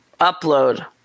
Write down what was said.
upload